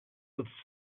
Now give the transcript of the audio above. with